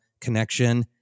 connection